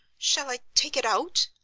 shall i take it out?